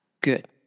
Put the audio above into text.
Good